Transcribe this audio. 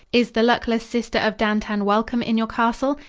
is the luckless sister of dantan welcome in your castle?